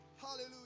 Hallelujah